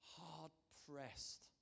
Hard-pressed